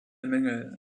mängel